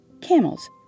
camels